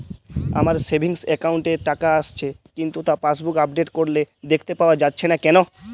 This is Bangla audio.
আমার সেভিংস একাউন্ট এ টাকা আসছে কিন্তু তা পাসবুক আপডেট করলে দেখতে পাওয়া যাচ্ছে না কেন?